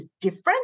different